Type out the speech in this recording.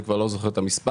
אני כבר לא זוכר את המספר,